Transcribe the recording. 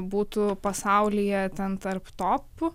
būtų pasaulyje ten tarp topų